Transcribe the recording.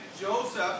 Joseph